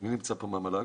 מי נמצא פה מהמל"ג?